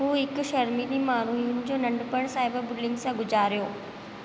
हो हिकु शर्मीली माण्हू हुई हिन जो नंढपण साइबर बुलिंग सां गुॼारियो